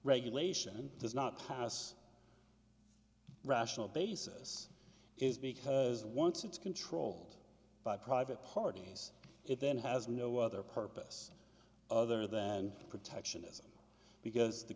regulation does not pass rational basis is because once it's controlled by private parties it then has no other purpose other than protectionism because the